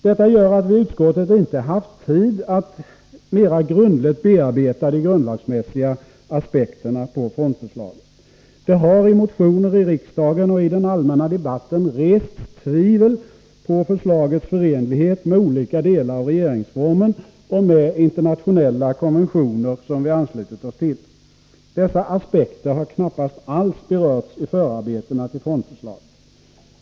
Detta gör att vi i utskottet inte haft tid att mera grundligt bearbeta de grundlagsmässiga aspekterna på fondförslaget. Det har i motioner i riksdagen och i den allmänna debatten rests tvivel på förslagets förenlighet med olika delar av regeringsformen och med internationella konventioner som vi anslutit oss till. Dessa aspekter har knappast alls berörts i förarbetena till fondförslaget.